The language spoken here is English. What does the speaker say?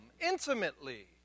intimately